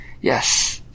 Yes